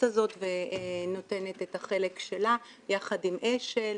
הזאת ונותנת את החלק שלה יחד עם אש"ל.